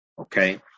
okay